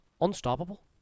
unstoppable